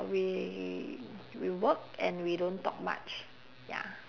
we we work and we don't talk much ya